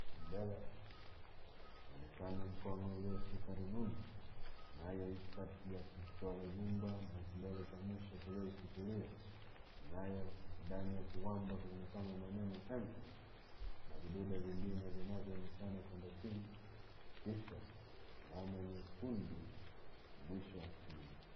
Mbele ya kunaonekena mkono ulioshika rununu nayo iko kati ya kidole gumba na kidole cha mwisho kilioishikilia na yo ndani ya kiwambo kunaonekana maneno Mpesa na vidude vingine vinavyoonekana kwenda chini kisha alama nyekundu mwisho wa skrini.